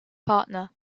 partner